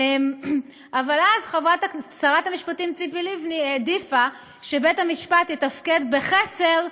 אבל אז שרת המשפטים ציפי לבני העדיפה שבית-המשפט יתפקד בחסר,